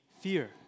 fear